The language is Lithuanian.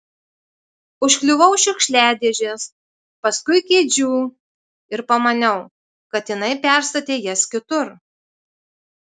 užkliuvau už šiukšliadėžės paskui kėdžių ir pamaniau kad jinai perstatė jas kitur